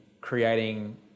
creating